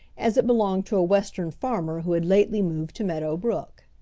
as it belonged to a western farmer who had lately moved to meadow brook.